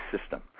system